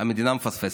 המדינה מפספסת.